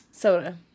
Soda